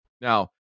Now